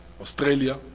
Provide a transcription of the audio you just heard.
Australia